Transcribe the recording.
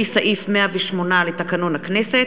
לפי סעיף 108 לתקנון הכנסת,